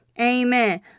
Amen